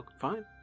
Fine